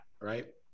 Right